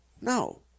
No